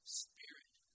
spirit